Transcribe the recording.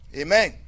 amen